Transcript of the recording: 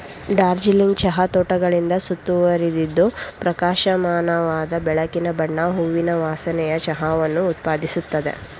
ಡಾರ್ಜಿಲಿಂಗ್ ಚಹಾ ತೋಟಗಳಿಂದ ಸುತ್ತುವರಿದಿದ್ದು ಪ್ರಕಾಶಮಾನವಾದ ಬೆಳಕಿನ ಬಣ್ಣ ಹೂವಿನ ವಾಸನೆಯ ಚಹಾವನ್ನು ಉತ್ಪಾದಿಸುತ್ತದೆ